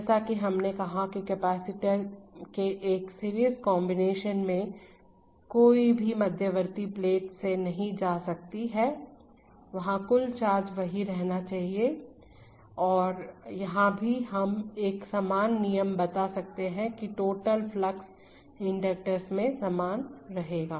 जैसा कि हमने कहा कि कैपेसिटर के एक सीरीज कॉम्बिनेशन में कोई भी मध्यवर्ती प्लेट से नहीं जा सकता है वहां कुल चार्ज वही रहना है यहां भी हम एक समान नियम बता सकते हैं कि टोटल फ्लक्स इंडिकेटर्स में समान रहेगा